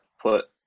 put